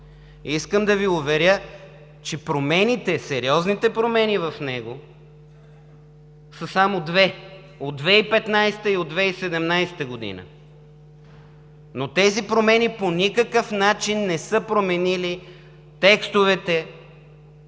Искам да Ви уверя, че промените, сериозните промени в него са само две: от 2015 г. и от 2017 г., но тези промени по никакъв начин не са променили главите